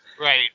Right